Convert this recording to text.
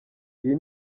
iyi